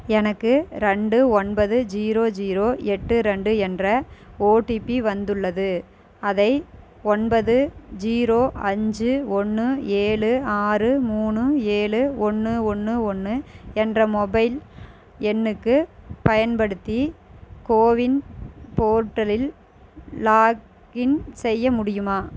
எனக்கு ரெண்டு ஒன்பது ஜீரோ ஜீரோ எட்டு ரெண்டு என்ற ஓடிபி வந்துள்ளது அதை ஒன்பது ஜீரோ அஞ்சு ஒன்று ஏழு ஆறு மூணு ஏழு ஒன்று ஒன்று ஒன்று என்ற மொபைல் எண்ணுக்குப் பயன்படுத்தி கோவின் போர்ட்டலில் லாக்இன் செய்ய முடியுமா